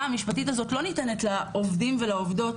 המשפטית הזאת לא ניתנת לעובדים ולעובדות